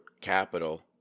capital